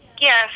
Yes